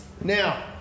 Now